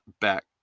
back